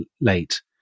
late